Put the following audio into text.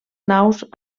naus